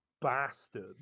bastard